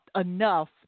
enough